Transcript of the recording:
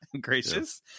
gracious